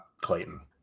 Clayton